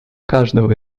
каждого